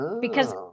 because-